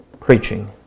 preaching